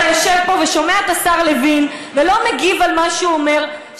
אתה יושב פה ושומע את השר לוין ולא מגיב על מה שהוא אומר.